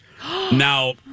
Now